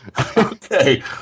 Okay